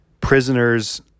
Prisoners